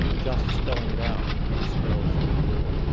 just spelling it out dispels the allure.